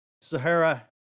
Sahara